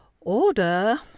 Order